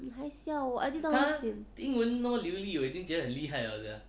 你还笑我 edit 到很 sian eh